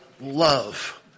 love